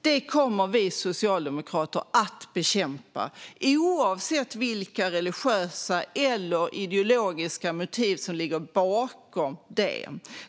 Detta kommer vi socialdemokrater att bekämpa, oavsett vilka religiösa eller ideologiska motiv som ligger bakom det hela.